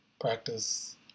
practice